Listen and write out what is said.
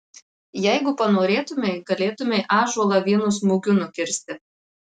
jeigu panorėtumei galėtumei ąžuolą vienu smūgiu nukirsti